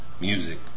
music